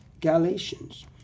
Galatians